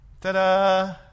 Ta-da